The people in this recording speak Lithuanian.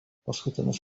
paskutinis